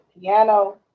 piano